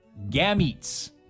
Gametes